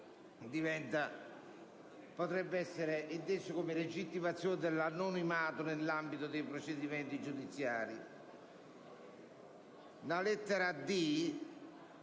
potrebbe infatti essere intesa come legittimazione dell'anonimato nell'ambito dei procedimenti giudiziari.